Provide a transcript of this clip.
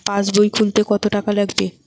পাশবই খুলতে কতো টাকা লাগে?